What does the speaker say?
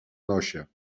nosie